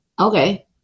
okay